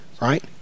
right